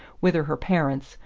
whither her parents,